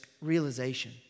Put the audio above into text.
realization